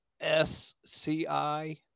s-c-i